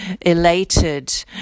elated